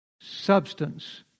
Substance